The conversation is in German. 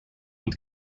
und